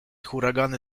huragany